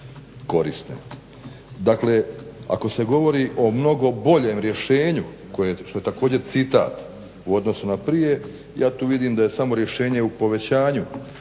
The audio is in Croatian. korisne. Dakle, ako se govori o mnogo boljem rješenju što je također citat u odnosu na prije, ja tu vidim da je tu samo rješenje u povećanju